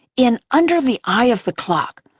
in under the eye of the clock,